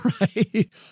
Right